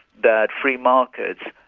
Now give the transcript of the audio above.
that free markets,